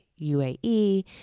UAE